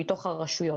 מתוך הרשויות.